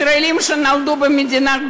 ישראלים שנולדו במדינה,